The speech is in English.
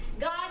God